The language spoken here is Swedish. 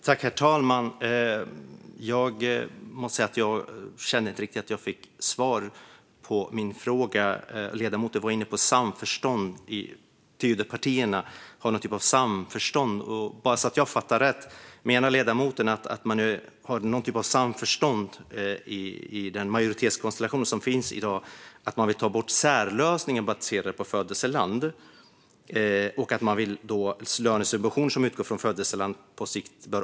Herr talman! Jag känner inte riktigt att jag fick svar på min fråga. Ledamoten var inne på samförstånd och Tidöpartierna. Förstår jag rätt? Menar ledamoten att det i dag finns någon sorts samförstånd i majoritetskonstellationen om att ta bort särlösningen baserad på födelseland och att man vill att lönesubvention som utgår från födelseland ska avvecklas på sikt?